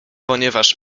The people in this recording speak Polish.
ponieważ